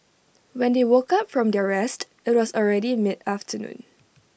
when they woke up from their rest IT was already mid afternoon